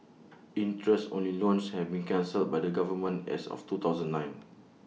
interest only loans have been cancelled by the government as of two thousand and nine